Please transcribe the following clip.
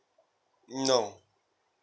no